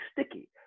sticky